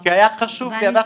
כי היה חשוב לי.